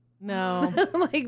No